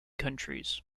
countries